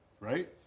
Right